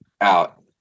out